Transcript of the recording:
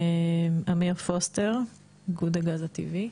אמיר פוסטר איגוד הגז הטבעי.